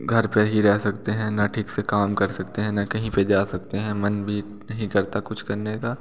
घर पर ही रह सकते हैं ना ठीक से काम कर सकते हैं ना कहीं पर जा सकते हैं मन भी नहीं करता कुछ करने का